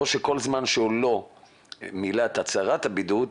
או שכל זמן שהוא לא מילא את הצהרת הבידוד,